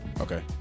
Okay